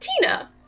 Tina